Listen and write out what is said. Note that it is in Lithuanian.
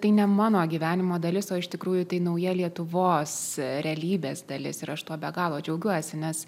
tai ne mano gyvenimo dalis o iš tikrųjų tai nauja lietuvos realybės dalis ir aš tuo be galo džiaugiuosi nes